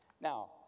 Now